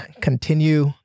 continue